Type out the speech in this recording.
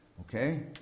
Okay